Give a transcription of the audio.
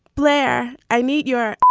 blair, i meet your.